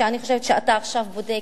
שאני חושבת שאתה עכשיו בודק.